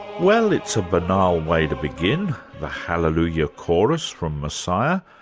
well, it's a banal way to begin, the halleluiah yeah chorus from messiah,